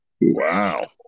Wow